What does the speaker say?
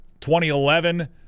2011